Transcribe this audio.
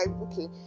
Okay